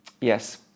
Yes